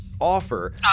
offer